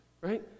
right